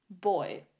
Boy